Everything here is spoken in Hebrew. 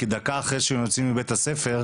כי דקה אחרי שהם יוצאים מבית הספר,